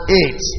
eight